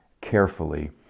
carefully